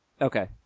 Okay